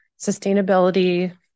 sustainability